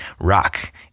rock